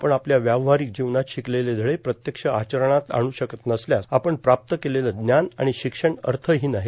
आपण आपल्या व्यवहारिक जीवनात शीकलेले धडे प्रत्यक्ष आचरणात आणू शकत नसल्यास आपण प्राप्त केलेले जान आणि शिक्षण अर्थहीन आहे